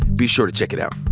be sure to check it out.